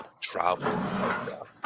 travel